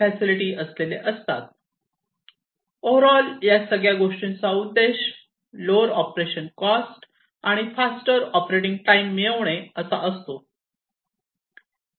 over all या सगळ्या गोष्टींचा उद्देश लोअर ऑपरेशन कॉस्ट आणि फास्टर ऑपरेटिंग टाईम मिळवणे असा असतो